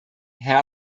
herr